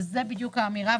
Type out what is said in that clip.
וזאת בדיוק האמירה.